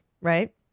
right